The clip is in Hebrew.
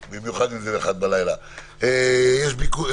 זה הסעיף הראשון מבין שלל הסעיפים שמסמיכים את הממשלה להתקין תקנות.